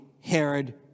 Herod